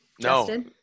No